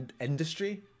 industry